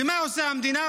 ומה עושה המדינה?